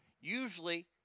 usually